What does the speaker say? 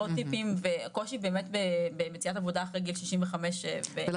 סטריאוטיפים ועל קושי באמת במציאת עבודה לאחר גיל 65 ומעלה.